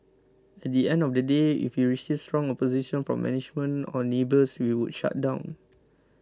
at the end of the day if we received strong opposition from management or neighbours we would shut down